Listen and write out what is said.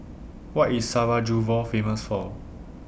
What IS Sarajevo Famous For